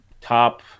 top